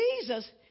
Jesus